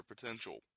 potential